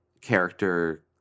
character